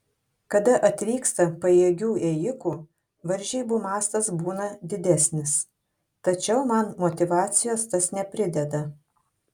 kada atvyksta pajėgių ėjikų varžybų mastas būna didesnis tačiau man motyvacijos tas neprideda